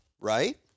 right